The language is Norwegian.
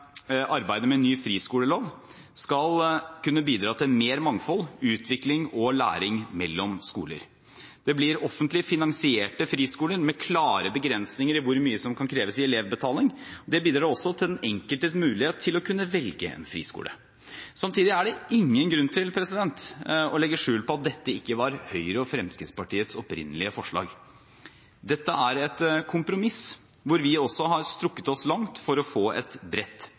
arbeidet med ny friskolelov skal kunne bidra til mer mangfold, utvikling og læring mellom skoler. Det blir offentlig finansierte friskoler med klare begrensninger i hvor mye som kan kreves i elevbetaling. Det bidrar også til den enkeltes mulighet til å kunne velge en friskole. Samtidig er det ingen grunn til å legge skjul på at dette ikke var Høyre og Fremskrittspartiets opprinnelige forslag. Dette er et kompromiss, hvor vi også har strukket oss langt for å få et bredt